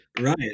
right